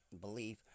belief